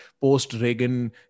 post-Reagan